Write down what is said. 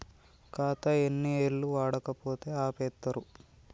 ఖాతా ఎన్ని ఏళ్లు వాడకపోతే ఆపేత్తరు?